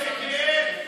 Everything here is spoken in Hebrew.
איזה כיף.